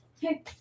Hey